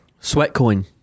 sweatcoin